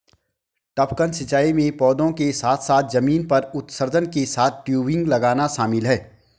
टपकन सिंचाई में पौधों के साथ साथ जमीन पर उत्सर्जक के साथ टयूबिंग लगाना शामिल है